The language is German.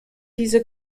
diese